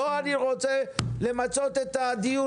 אני רוצה למצות את הדיון,